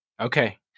Okay